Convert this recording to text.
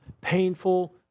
painful